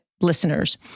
listeners